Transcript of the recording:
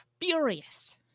furious